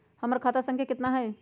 हमर खाता संख्या केतना हई?